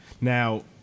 Now